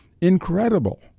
incredible